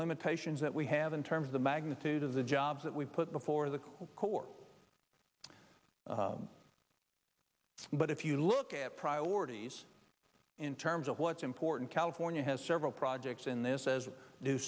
limitations that we have in terms of the magnitude of the jobs that we put before the court but if you look at priorities in terms of what's important california has several projects in this as do